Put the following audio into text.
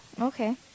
Okay